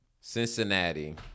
Cincinnati